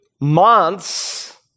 months